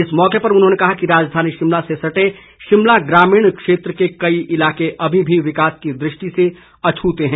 इस मौके उन्होंने कहा कि राजधानी शिमला से सटे शिमला ग्रामीण क्षेत्र के कई इलाके अभी भी विकास की दृष्टि से अछूते हैं